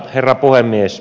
herra puhemies